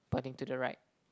pointing to the right